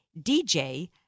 DJ